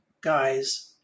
guys